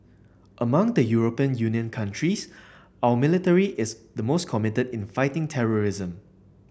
among the European Union countries our military is the most committed in fighting terrorism